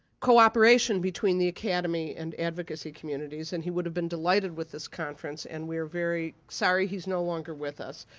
cooperation between the academy and advocacy communities. and he would have been delighted with this conference, and we're very sorry he's no longer with us.